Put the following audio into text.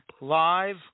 live